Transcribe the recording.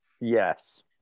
Yes